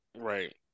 Right